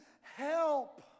help